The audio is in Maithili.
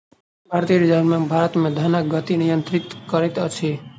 भारतीय रिज़र्व बैंक भारत मे धनक गति नियंत्रित करैत अछि